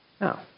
no